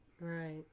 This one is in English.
right